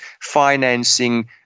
financing